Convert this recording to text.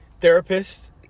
therapist